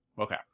Okay